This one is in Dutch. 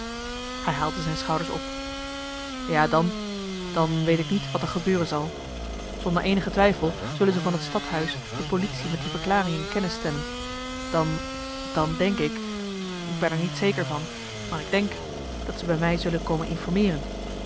hij haalde zijn schouders op ja dan dan weet ik niet wat er gebeuren zal zonder eenige twijfel zullen ze van het stadhuis de politie met die verklaring in kennis stellen dan dan denk ik ik ben er niet zeker van maar ik denk dat ze bij mij zullen komen informeeren